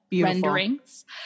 renderings